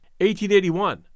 1881